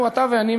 אתה ואני,